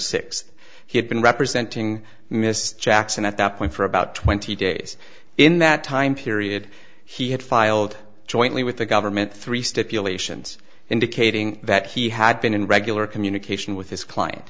sixth he had been representing mr jackson at that point for about twenty days in that time period he had filed jointly with the government three stipulations indicating that he had been in regular communication with his client